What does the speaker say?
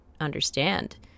understand